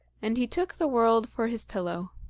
and he took the world for his pillow.